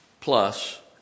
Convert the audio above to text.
plus